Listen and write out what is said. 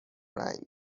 رنگ